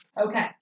Okay